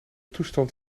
toestand